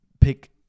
pick